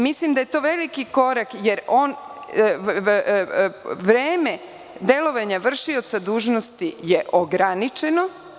Mislim da je to veliki korak, jer vreme delovanja vršioca dužnosti je ograničeno.